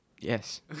Yes